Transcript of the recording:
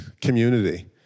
community